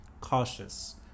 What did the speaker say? cautious